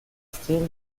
style